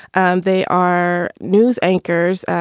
and they are news anchors.